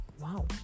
wow